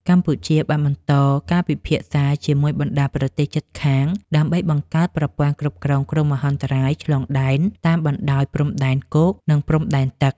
កម្ពុជាបានបន្តការពិភាក្សាជាមួយបណ្តាប្រទេសជិតខាង ដើម្បីបង្កើតប្រព័ន្ធគ្រប់គ្រងគ្រោះមហន្តរាយឆ្លងដែន តាមបណ្តោយព្រំដែនគោក និងព្រំដែនទឹក។